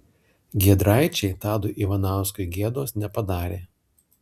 giedraičiai tadui ivanauskui gėdos nepadarė